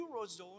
Eurozone